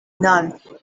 none